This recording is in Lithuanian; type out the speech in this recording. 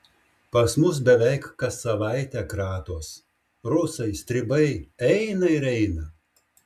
pas mus beveik kas savaitę kratos rusai stribai eina ir eina